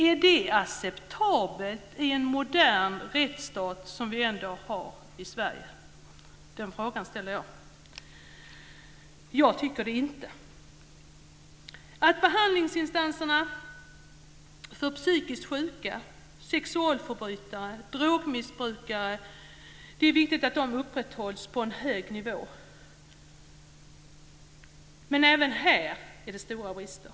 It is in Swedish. Är det acceptabelt i en modern rättsstat, som vi ändå har i Sverige? Den frågan ställer jag. Jag tycker det inte. Det är viktigt att behandlingsinstanserna för psykiskt sjuka, sexualförbrytare och drogmissbrukare upprätthålls på en hög nivå. Men även här är det stora brister.